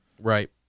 Right